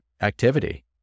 activity